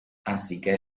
anziché